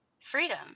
freedom